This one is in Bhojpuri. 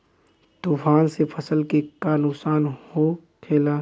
तूफान से फसल के का नुकसान हो खेला?